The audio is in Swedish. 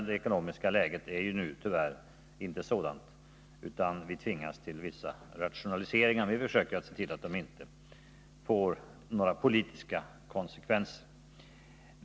Det ekonomiska läget är dock nu tyvärr inte sådant, utan vi tvingas till vissa rationaliseringar. Men vi försöker se till att de inte får några politiska konsekvenser.